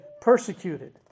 persecuted